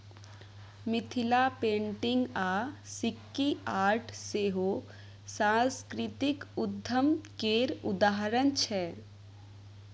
Mithila painting आ sikki art सेहो सास्कृतिक उद्यम केर उदाहरण छै